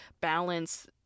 balance